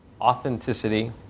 authenticity